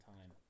time